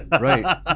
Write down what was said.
Right